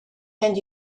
and